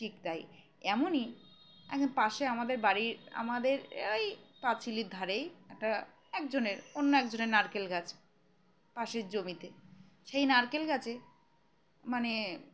ঠিক তাই এমনই একজন পাশে আমাদের বাড়ির আমাদের ওই পাঁচিলির ধারেই একটা একজনের অন্য একজনের নারকেল গাছ পাশের জমিতে সেই নারকেল গাছে মানে